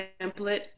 template